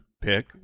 pick